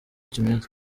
kimeze